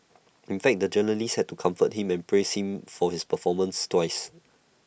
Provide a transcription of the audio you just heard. in fact the journalist had to comfort him and praise him for his performance twice